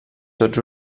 tots